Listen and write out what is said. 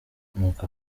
nuko